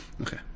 Okay